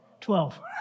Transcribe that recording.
Twelve